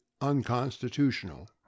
unconstitutional